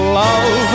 love